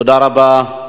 תודה רבה.